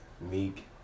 Meek